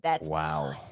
Wow